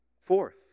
Fourth